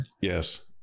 yes